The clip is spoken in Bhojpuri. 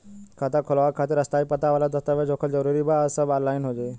खाता खोलवावे खातिर स्थायी पता वाला दस्तावेज़ होखल जरूरी बा आ सब ऑनलाइन हो जाई?